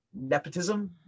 nepotism